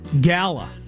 gala